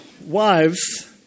wives